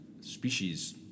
species